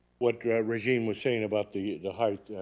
what regine was saying about the the height,